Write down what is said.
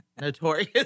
Notorious